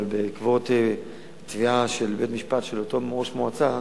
אבל בעקבות תביעה לבית-המשפט של אותו ראש מועצה,